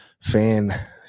fan